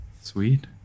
Sweet